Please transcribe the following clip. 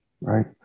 right